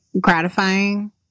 gratifying